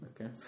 Okay